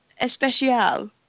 Especial